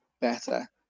better